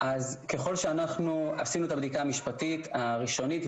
ככל שאנחנו עשינו את הבדיקה המשפטית הראשונית,